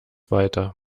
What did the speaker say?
weiter